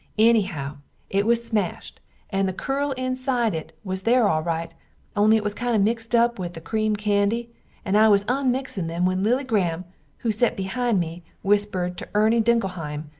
ennyhow it was smasht and the curl inside it was there alrite only it was kind of mixt up with the cream candy and i was unmixin them when lily graham who set beehind me whisperd to erny dinkelheim,